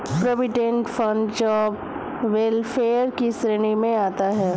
provident fund job welfare की श्रेणी में आता है